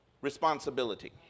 responsibility